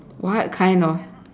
what kind of